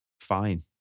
fine